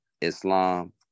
Islam